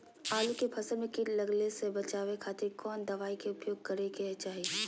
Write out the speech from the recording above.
आलू के फसल में कीट लगने से बचावे खातिर कौन दवाई के उपयोग करे के चाही?